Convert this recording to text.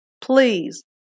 please